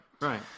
Right